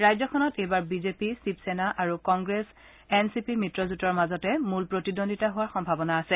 ৰাজ্যখনত এইবাৰ বিজেপি শিৱসেনা আৰু কংগ্ৰেছ এন চি পি মিত্ৰজোঁটৰ মাজতে মূল প্ৰতিদ্বন্দ্বিতা হোৱাৰ সম্ভাৱনা আছে